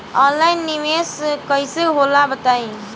Online निवेस कइसे होला बताईं?